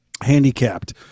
handicapped